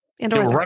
Andor